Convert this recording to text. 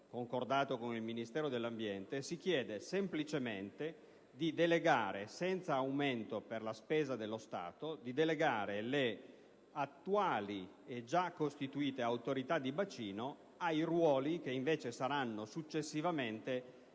concordato con il Ministero dell'ambiente, si chiede semplicemente di delegare, senza aumento di spesa per lo Stato, le attuali e già costituite Autorità di bacino ai ruoli che invece saranno successivamente destinati